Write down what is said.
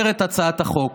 הרי מה אומרת הצעת החוק?